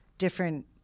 different